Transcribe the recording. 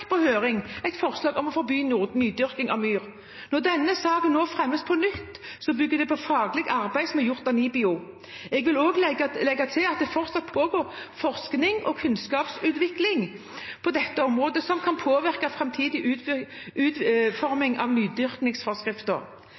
på høring et forslag om å forby nydyrking av myr. Når denne saken nå fremmes på nytt, bygger den på et faglig arbeid som er gjort av NIBIO. Jeg vil legge til at det fortsatt pågår forskning og kunnskapsutvikling på dette området, som kan påvirke framtidig utforming av